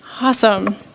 Awesome